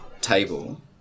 table